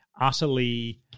utterly